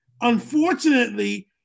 Unfortunately